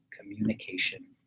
communication